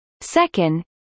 Second